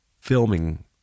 filming